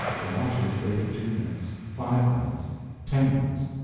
the watchers waited two minutes five minutes ten minutes.